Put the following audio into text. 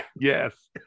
yes